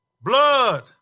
blood